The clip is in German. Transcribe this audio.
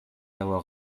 blauer